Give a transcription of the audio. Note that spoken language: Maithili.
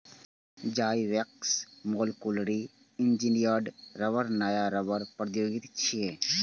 जाइवेक्स मोलकुलरी इंजीनियर्ड रबड़ नया रबड़ प्रौद्योगिकी छियै